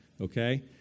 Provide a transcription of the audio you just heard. Okay